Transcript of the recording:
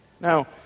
Now